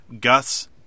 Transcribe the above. Gus